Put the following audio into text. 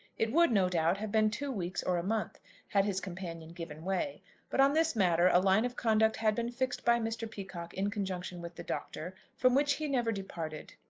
it would, no doubt, have been two weeks or a month had his companion given way but on this matter a line of conduct had been fixed by mr. peacocke in conjunction with the doctor from which he never departed.